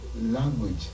language